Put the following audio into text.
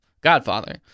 Godfather